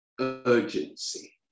Urgency